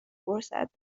فرصت